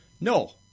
No